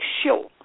sure